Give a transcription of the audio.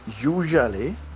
usually